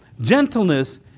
gentleness